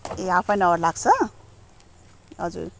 A half an hour लाग्छ हजुर